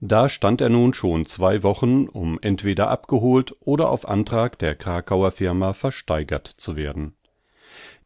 da stand er nun schon zwei wochen um entweder abgeholt oder auf antrag der krakauer firma versteigert zu werden